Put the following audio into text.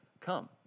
come